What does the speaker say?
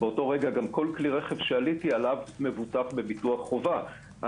באותו רגע כל כלי רכב שעליתי עליו מבוטח בביטוח חובה.